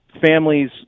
families